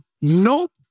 Nope